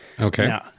Okay